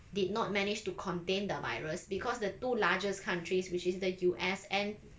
did not manage to contain the virus because the two largest countries which is the U_S and